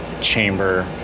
chamber